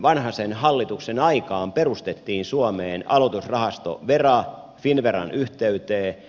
vanhasen hallituksen aikaan perustettiin suomeen aloitusrahasto vera finnveran yhteyteen